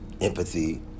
empathy